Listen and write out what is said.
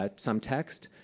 ah some text,